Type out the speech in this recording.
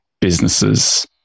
businesses